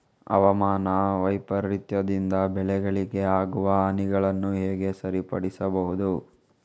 ಹವಾಮಾನ ವೈಪರೀತ್ಯದಿಂದ ಬೆಳೆಗಳಿಗೆ ಆಗುವ ಹಾನಿಗಳನ್ನು ಹೇಗೆ ಸರಿಪಡಿಸಬಹುದು?